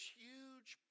huge